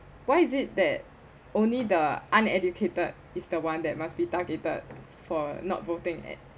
why is it that only the uneducated is the one that must be targeted for not voting at